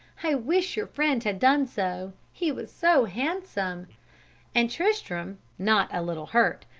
i wish your friend had done so, he was so handsome and tristram, not a little hurt,